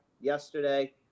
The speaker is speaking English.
yesterday